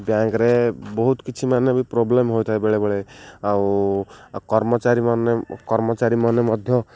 ବ୍ୟାଙ୍କରେ ବହୁତ କିଛି ମାନେ ବି ପ୍ରୋବ୍ଲେମ୍ ହୋଇଥାଏ ବେଳେବେଳେ ଆଉ କର୍ମଚାରୀମାନେେ କର୍ମଚାରୀମାନେ ମଧ୍ୟ